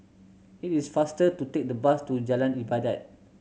it is faster to take the bus to Jalan Ibadat